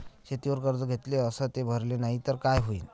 शेतीवर कर्ज घेतले अस ते भरले नाही तर काय होईन?